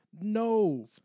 No